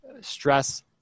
stress